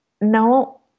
no